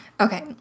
Okay